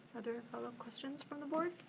are there follow-up questions from the board?